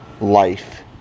life